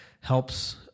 helps